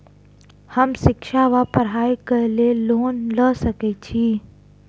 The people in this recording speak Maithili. हम शिक्षा वा पढ़ाई केँ लेल लोन लऽ सकै छी?